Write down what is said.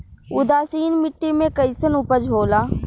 उदासीन मिट्टी में कईसन उपज होला?